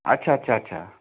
আচ্ছা আচ্ছা আচ্ছা